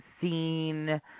seen